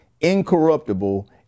incorruptible